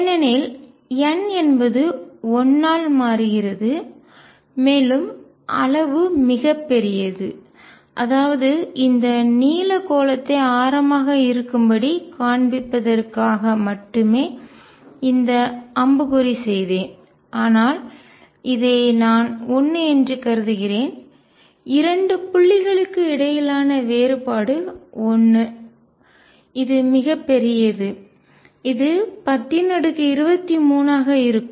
ஏனெனில் n என்பது 1 ஆல் மாறுகிறது மேலும் அளவு மிகப் பெரியது அதாவது இந்த நீல கோளத்தை ஆரமாக இருக்கும்படி காண்பிப்பதற்காக மட்டுமே இந்த அம்புக்குறி செய்தேன் ஆனால் இதை நான் 1 என்று கருதுகிறேன் இரண்டு புள்ளிகளுக்கு இடையிலான வேறுபாடு 1 இது மிகப்பெரியது இது1023 ஆக இருக்கும்